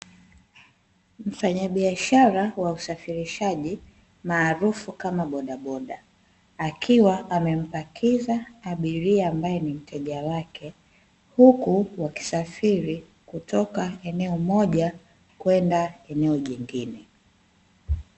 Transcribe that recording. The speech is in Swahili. Mfanyabiashara wa usafirishaji maarufu kama bodaboda akiwa amempakiza abiria ambaye ni mteja wake huku wakisafiri kutoka eneo moja kwenda eneo jingine.